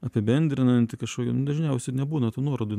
apibendrinanti kažkokia nu dažniausiai nebūna tų nuorodų